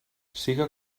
siga